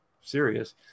serious